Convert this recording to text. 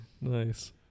nice